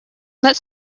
that